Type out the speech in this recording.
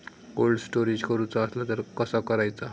Cold storage करूचा असला तर कसा करायचा?